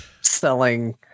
selling